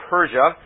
Persia